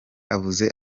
avuze